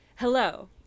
hello